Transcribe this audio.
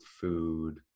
food